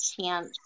chance